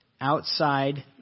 outside